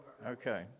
Okay